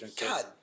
God